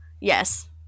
Yes